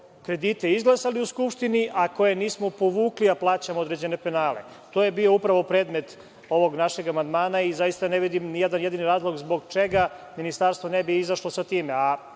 kredite izglasali u Skupštini, a koje nismo povukli, a plaćamo određene penale. To je bio upravo predmet ovog našeg amandmana, i zaista ne vidim ni jedan jedini razlog zbog čega Ministarstvo ne bi izašlo sa time.